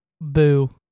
Boo